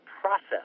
process